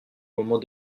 moment